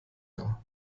dar